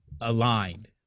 aligned